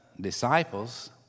disciples